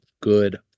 good